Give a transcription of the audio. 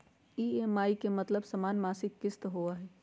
EMI के मतलब समान मासिक किस्त होहई?